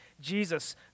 Jesus